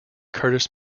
curtis